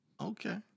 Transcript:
Okay